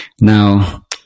Now